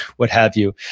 what have you,